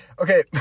okay